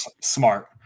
Smart